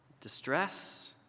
Distress